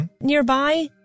nearby